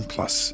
Plus